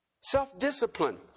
Self-discipline